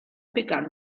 begann